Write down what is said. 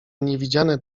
niewidziane